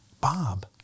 Bob